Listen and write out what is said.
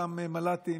אותם מל"טים.